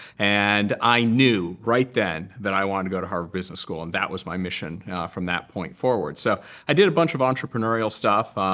and i knew right then that i wanted to go to harvard business school. and that was my mission from that point forward. so i did a bunch of entrepreneurial stuff.